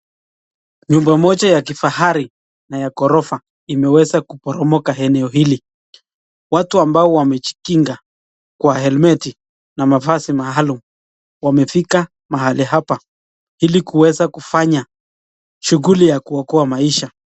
Nyumba moja ya kifahari na ya ghorofa imeweza kuporomoka eneo hili. Watu ambao wamejikinga, kwa helmeti, na mavazi maalum wamefika mahali hapa. Ili kuweza kufanya shughuli ya kuokoa maisha .